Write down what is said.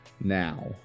now